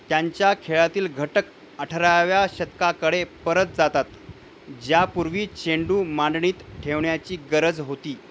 त्यांच्या खेळातील घटक अठराव्या शतकाकडे परत जातात ज्यापूर्वी चेंडू मांडणीत ठेवण्याची गरज होती